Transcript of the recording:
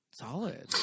solid